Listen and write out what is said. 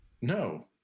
No